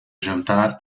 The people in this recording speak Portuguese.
jantar